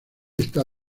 está